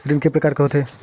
ऋण के प्रकार के होथे?